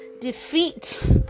defeat